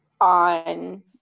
on